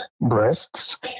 breasts